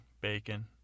bacon